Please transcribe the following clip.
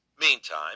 Meantime